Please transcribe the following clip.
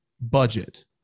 budget